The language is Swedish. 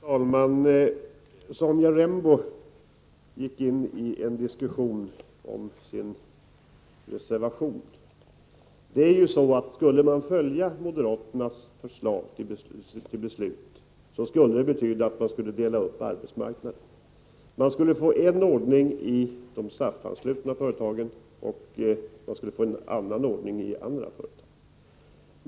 Herr talman! Sonja Rembo förde en diskussion om sin reservation. Men om man följde moderaternas förslag till beslut, skulle det betyda att man delade upp arbetsmarknaden. Man skulle få en ordning i de SAF-anslutna företagen och en annan i andra företag.